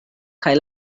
kaj